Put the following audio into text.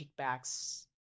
kickbacks